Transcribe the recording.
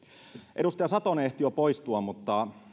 edustaja satonen ehti jo poistua mutta